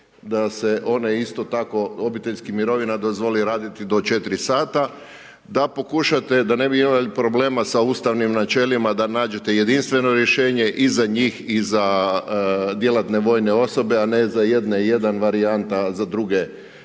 da se one isto tako obiteljski mirovina dozvoli raditi do 4 sata, da pokušate da ne bi imali problema sa Ustavnim načelima da nađete jedinstveno rješenje i za njih i za djelatne vojne osobe, a ne za jedne 1 varijanta, a za druge moguće